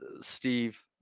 steve